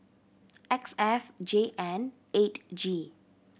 X F J N eight G